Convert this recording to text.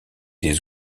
des